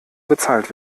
bezahlt